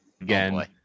Again